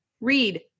Read